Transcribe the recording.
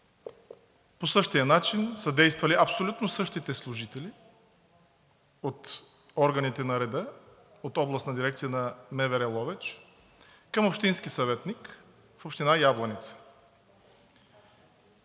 по същия начин са действали абсолютно същите служители от органите на реда от Областната дирекция на МВР – Ловеч, към общински съветник в община Ябланица.